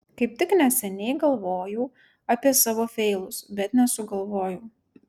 kaip tik neseniai galvojau apie savo feilus bet nesugalvojau